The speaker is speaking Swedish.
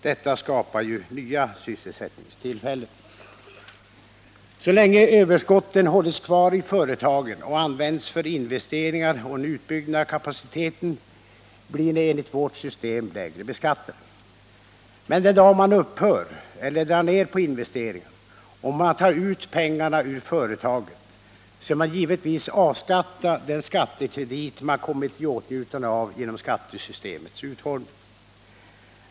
Detta skapar ju nya sysselsättningstillfällen. Så länge överskotten hållits kvar i företagen och används för investeringar och en utbyggnad av kapaciteten blir de enligt vårt system lägre beskattade. Men den dag man upphör eller drar ner på investeringarna och tar ut pengarna ur företaget skall man givetvis avskatta den skattekredit man kommit i åtnjutande av genom skattesystemets utformning.